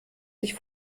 sich